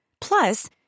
Plus